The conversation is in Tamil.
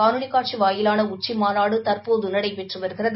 காணொலி காட்சி வாயிலான உச்சிமாநாடு தற்போது நடைபெற்று வருகிறது